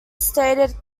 stated